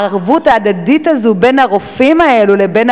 הערבות ההדדית הזו בין הרופאים האלו לבין